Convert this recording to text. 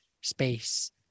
space